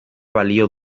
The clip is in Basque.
balio